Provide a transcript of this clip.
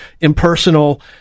impersonal